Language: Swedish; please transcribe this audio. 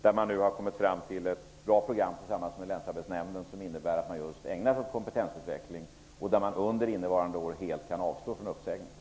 Där har man kommit fram till ett bra program tillsammans med länsarbetsnämnden som innebär att man ägnar sig åt kompetensutveckling och under innevarande år helt kan avstå från uppsägningar.